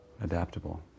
adaptable